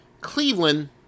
Cleveland